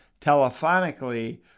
telephonically